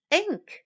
ink